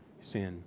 sin